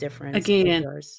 Again